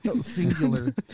Singular